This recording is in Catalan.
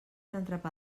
entrepà